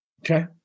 okay